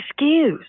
excuse